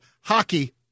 Hockey